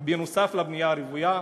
לבנייה הרוויה,